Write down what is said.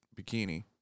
bikini